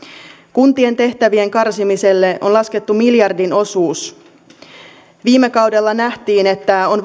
kuntien tehtävien karsimiselle on laskettu miljardin osuus viime kaudella nähtiin että on